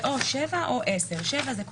או (7) או (10) כאשר סעיף קטן (7) הוא כל